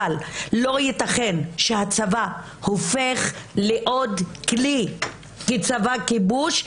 אבל לא ייתכן שהצבא הופך לעוד כלי כצבא כיבוש,